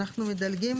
אנחנו מדלגים